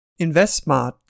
InvestSmart